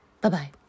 Bye-bye